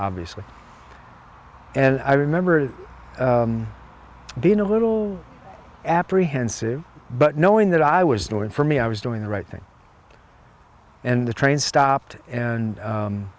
obviously and i remember being a little apprehensive but knowing that i was doing for me i was doing the right thing and the train stopped and